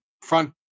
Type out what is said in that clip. front